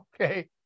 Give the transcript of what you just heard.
okay